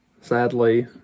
Sadly